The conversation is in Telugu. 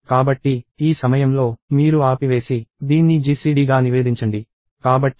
కాబట్టి ఈ సమయంలో మీరు ఆపివేసి దీన్ని GCD గా నివేదించండి